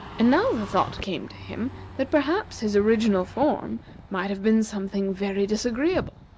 and now the thought came to him that perhaps his original form might have been something very disagreeable,